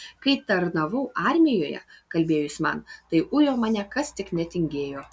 kai tarnavau armijoje kalbėjo jis man tai ujo mane kas tik netingėjo